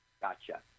Gotcha